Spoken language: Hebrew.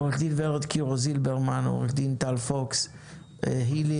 עו"ד ורד קירו זילברמן, עו"ד טל פוקס, הילי